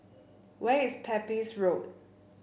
where is Pepys Road